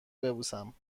ببوسم